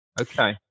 Okay